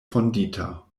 fondita